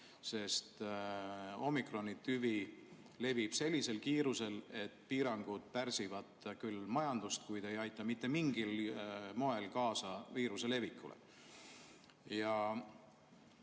sest omikrontüvi levib sellisel kiirusel, et piirangud pärsivad majandust, kuid ei aita mitte mingil moel kaasa viiruse leviku